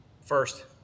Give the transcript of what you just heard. First